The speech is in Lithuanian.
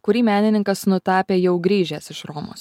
kurį menininkas nutapė jau grįžęs iš romos